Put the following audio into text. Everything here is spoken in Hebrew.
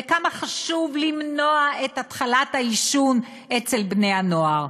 וכמה חשוב למנוע את התחלת העישון אצל בני-הנוער.